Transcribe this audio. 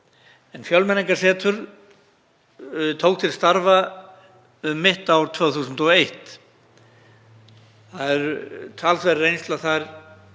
Fjölmenningarsetur tók til starfa um mitt ár 2001. Það er talsverð reynsla þar